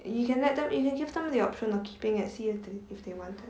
you can let them you can give them the option of keeping it see if they want it